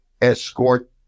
escort